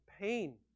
pain